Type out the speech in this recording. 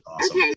awesome